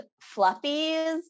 Fluffies